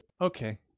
Okay